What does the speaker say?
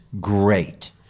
great